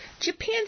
Japan